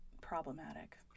Problematic